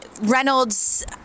Reynolds